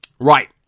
Right